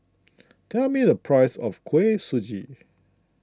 tell me the price of Kuih Suji